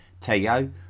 Teo